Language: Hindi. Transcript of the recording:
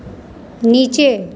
नीचे